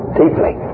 deeply